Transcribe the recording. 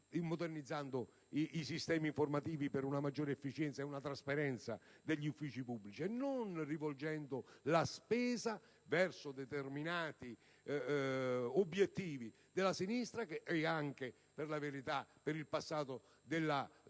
modernizzare i sistemi informativi per una maggiore efficienza e una trasparenza degli uffici pubblici; ha invece rivolto la spesa verso determinati obiettivi tipici della sinistra ed anche, per la verità, nel passato, della